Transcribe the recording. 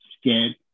scared